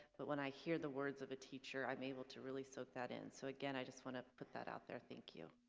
but when i hear the words of a teacher i'm able to really soak that in so again, i just want to put that out there. thank you